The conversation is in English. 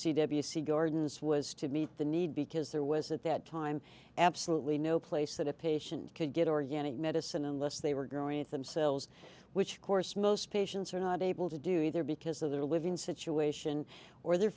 c gardens was to meet the need because there was at that time absolutely no place that a patient could get organic medicine unless they were growing it themselves which course most patients are not able to do either because of their living situation or their